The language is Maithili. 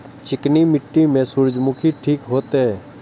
चिकनी मिट्टी में सूर्यमुखी ठीक होते?